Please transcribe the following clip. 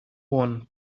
one